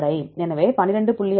எனவே 12